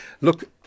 Look